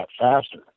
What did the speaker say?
faster